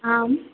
आम्